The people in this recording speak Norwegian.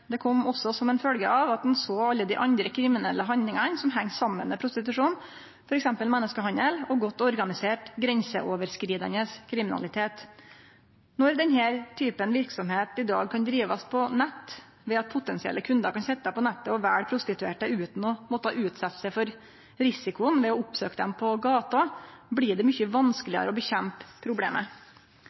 Det kom også som ei følgje av at ein såg alle dei andre kriminelle handlingane som heng saman med prostitusjon, f.eks. menneskehandel og godt organisert grenseoverskridande kriminalitet. Når denne typen verksemd i dag kan drivast på nett, ved at potensielle kundar kan sitje på nettet og velje prostituerte utan å måtte utsetje seg for risikoen ved å oppsøkje dei på gata, blir det mykje vanskelegere å motarbeide problemet.